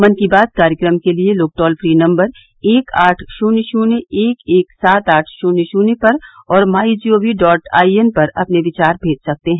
मन की बात कार्यक्रम के लिए लोग टोल फ्री नम्बर एक आठ शुन्य शुन्य एक एक सात आठ शुन्य शुन्य पर और my G O V dot I N पर अपने विचार भेज सकते हैं